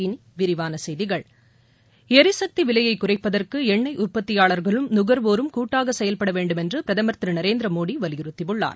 இனி விரிவான செய்திகள் ளரிசக்தி விலையை குறைப்பதற்கு எண்ணெய் உற்பத்தியாளர்களும் நுகர்வோரும் கூட்டாக செயல்பட வேண்டுமென்று பிரதம் திரு நரேந்திரமோடி வலியுறுத்தியுள்ளார்